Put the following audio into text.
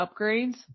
upgrades